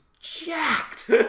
jacked